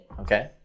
Okay